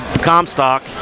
Comstock